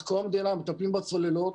מאז קום המדינה מטפלים בצוללות,